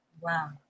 Wow